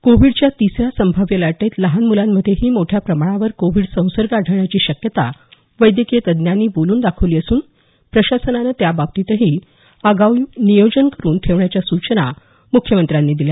कोविडच्या तिसऱ्या संभाव्य लाटेत लहान मुलांमध्येही मोठ्या प्रमाणावर कोविड संसर्ग आढळण्याची शक्यता वैद्यकीय तज्ञांनी बोलून दाखविली असून प्रशासनाने त्याबाबतही आगाऊ नियोजन करून ठेवण्याच्या सूचना मुख्यमंत्र्यांनी दिल्या